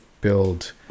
build